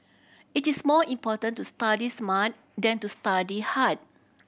it is more important to study smart than to study hard